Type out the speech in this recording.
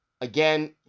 Again